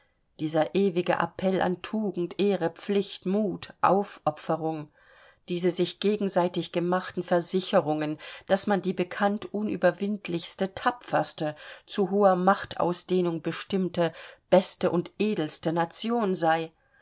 dieser ewige appell an tugend ehre pflicht mut aufopferung diese sich gegenseitig gemachten versicherungen daß man die bekannt unüberwindlichste tapferste zu hoher machtausdehnung bestimmte beste und edelste nation sei